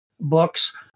books